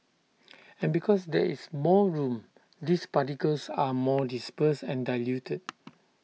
and because there is more room these particles are more dispersed and diluted